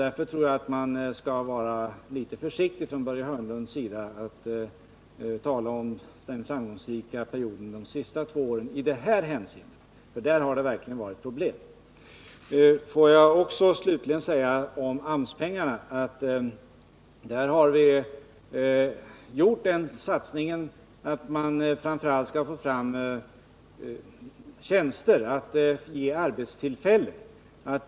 Därför tror jag att Börje Hörnlund skall vara litet försiktig med att tala om de senaste två åren som en framgångsrik period i det här hänseendet. Där har det verkligen varit problem. Får jag också om AMS-pengarna säga att vi framför allt satsat på att få fram tjänster och arbetstillfällen.